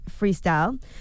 freestyle